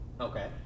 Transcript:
Okay